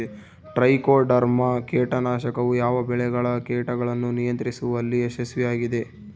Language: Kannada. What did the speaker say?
ಟ್ರೈಕೋಡರ್ಮಾ ಕೇಟನಾಶಕವು ಯಾವ ಬೆಳೆಗಳ ಕೇಟಗಳನ್ನು ನಿಯಂತ್ರಿಸುವಲ್ಲಿ ಯಶಸ್ವಿಯಾಗಿದೆ?